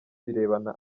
birebana